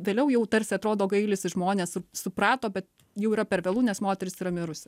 vėliau jau tarsi atrodo gailisi žmonės suprato bet jau yra per vėlu nes moteris yra mirusi